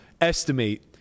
estimate